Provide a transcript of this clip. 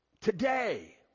Today